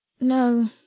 No